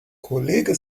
kollege